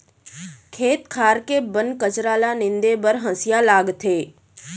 खेत खार के बन कचरा ल नींदे बर हँसिया लागथे